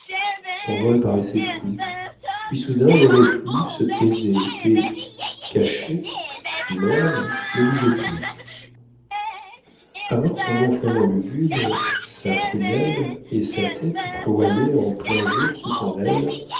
vol paraissait fou puis soudain le reclus se taisait et caché morne ne bougeait plus à voir son gonflement lugubre sa prunelle et sa tête ployée en plein jour sous son aile